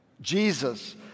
Jesus